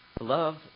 love